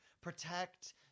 protect